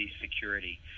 Security